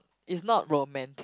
is not romantic